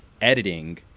editing